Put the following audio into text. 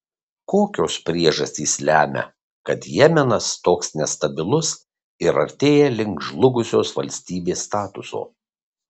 kokios priežastys lemia kad jemenas toks nestabilus ir artėja link žlugusios valstybės statuso